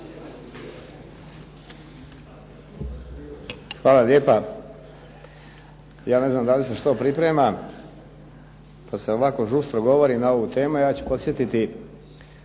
Hvala lijepa. Ja ne znam da li se što priprema kad se ovako žustro govori na ovu temu. Ja ću podsjetiti